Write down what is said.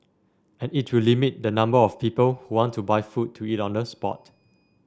and it will limit the number of people who want to buy food to eat on the spot